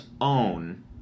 own